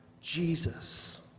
Jesus